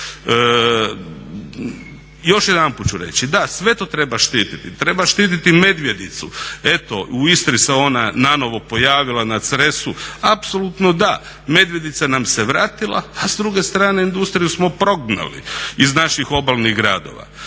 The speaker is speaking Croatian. Još jedanput ću reći, da, sve to treba štititi, treba štititi medvjedicu. Eto u Istri se ona nanovo pojavila na Cresu, apsolutno da. Medvjedica nam se vratila, a s druge strane industriju smo prognali iz naših obalnih gradova.